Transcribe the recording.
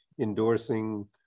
endorsing